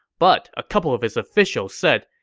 but a couple of his officials said,